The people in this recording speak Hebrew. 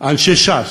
אנשי ש"ס,